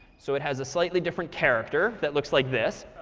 so it has a slightly different character that looks like this.